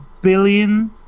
billion